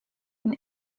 and